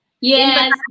Yes